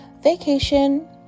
vacation